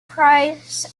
price